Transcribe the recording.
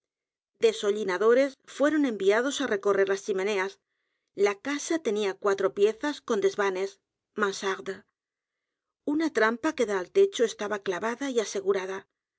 deshollinadores fueron enviados á recorrerlas chimenas la casa tenía cuatro piezas con desvanes mansardes una trampa que da al techo estaba clavada y asegurada no